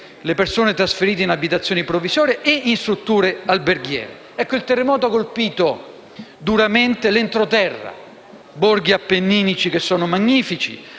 le persone trasferite in abitazioni provvisorie e in strutture alberghiere. Il terremoto ha colpito duramente l'entroterra, i borghi appenninici, che sono magnifici,